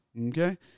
Okay